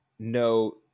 No